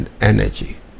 energy